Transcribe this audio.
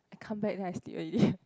I come back then I sleep already